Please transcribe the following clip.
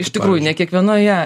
iš tikrųjų ne kiekvienoje